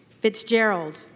Fitzgerald